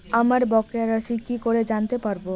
আমার বকেয়া রাশি কি করে জানতে পারবো?